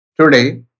today